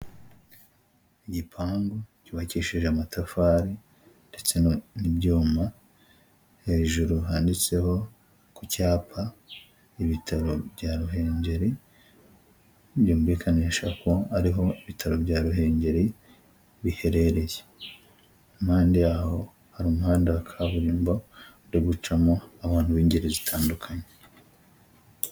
Igipangu cyubakishije amatafari ndetse n'ibyuma hejuru handitseho ku cyapa ibitaro bya Ruhengeri byumvikanisha ko ariho ibitaro bya Ruhengeri biherereye, impande yaho hari umuhanda wa kaburimbo urigucamo abantu b'ingeri zitandukanye.